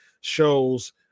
shows